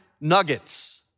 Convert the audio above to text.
nuggets